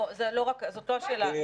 לא, זאת לא השאלה.